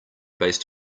based